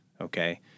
okay